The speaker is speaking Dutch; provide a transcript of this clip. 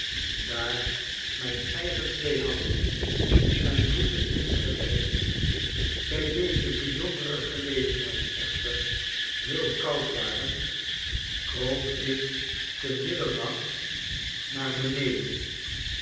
daar mijn eigen twee handen en voeten insgelijks bij deze bijzondere gelegenheid echter heel koud waren kroop ik te middernacht naar beneden